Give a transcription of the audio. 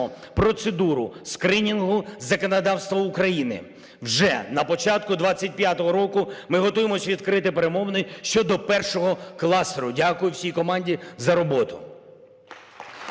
процедуру скринінгу законодавства України. Вже на початку 2025 року ми готуємось відкрити перемовини щодо першого кластеру. Дякую всій команді за роботу!